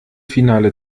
finale